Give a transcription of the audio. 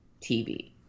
TV